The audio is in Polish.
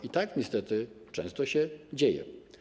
I tak niestety często się dzieje.